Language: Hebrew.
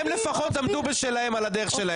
הם לפחות עמדו בשלהם על הדרך שלהם.